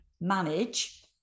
manage